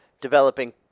developing